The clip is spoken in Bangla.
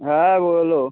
হ্যাঁ বলো